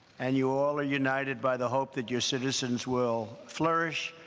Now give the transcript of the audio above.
and you all are united by the hope that your citizens will flourish,